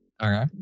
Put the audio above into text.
Okay